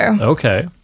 okay